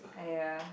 !aiya!